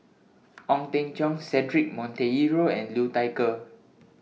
Ong Teng Cheong Cedric Monteiro and Liu Thai Ker